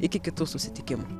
iki kitų susitikimų